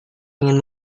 ingin